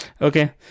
Okay